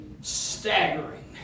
staggering